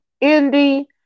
Indy